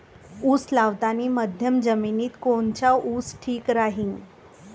उस लावतानी मध्यम जमिनीत कोनचा ऊस ठीक राहीन?